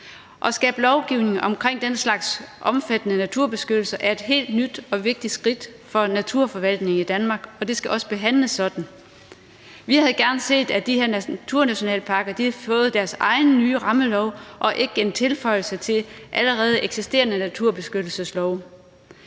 At skabe en lovgivning omkring den slags omfattende naturbeskyttelse er et helt nyt og vigtigt skridt for en naturforvaltning i Danmark, og det skal også behandles sådan. Vi havde gerne set, at de her naturnationalparker havde fået deres egen nye rammelov og ikke en tilføjelse til en allerede eksisterende naturbeskyttelseslov.